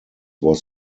was